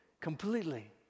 completely